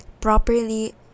properly